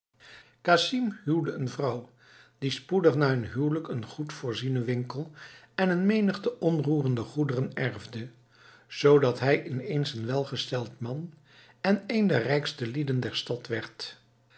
casim huwde een vrouw die spoedig na hun huwelijk een goed voorzienen winkel en een menigte onroerende goederen erfde zoodat hij in eens een welgesteld man en een der rijkste lieden der stad